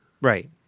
right